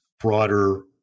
broader